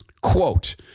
Quote